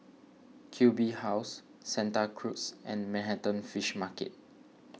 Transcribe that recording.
Q B House Santa Cruz and Manhattan Fish Market